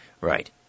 right